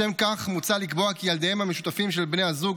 לשם כך מוצע לקבוע כי ילדיהם המשותפים של בני הזוג,